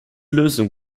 lösung